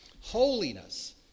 Holiness